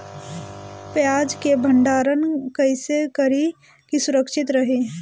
प्याज के भंडारण कइसे करी की सुरक्षित रही?